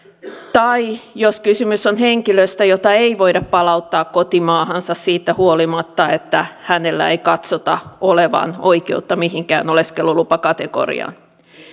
tai jos kysymys on henkilöstä jota ei voida palauttaa kotimaahansa siitä huolimatta että hänellä ei katsota olevan oikeutta mihinkään oleskelulupakategoriaan